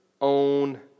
own